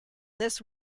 this